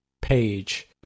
page